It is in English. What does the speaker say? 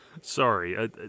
Sorry